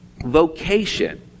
vocation